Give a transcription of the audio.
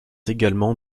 également